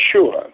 sure